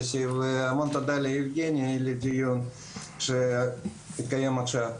המון תודה ליבגני על הדיון שמתקיים עכשיו.